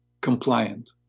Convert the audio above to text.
compliant